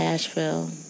Asheville